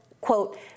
quote